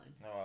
No